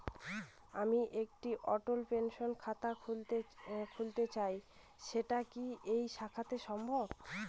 আমি একটি অটল পেনশন খাতা খুলতে চাই সেটা কি এই শাখাতে সম্ভব?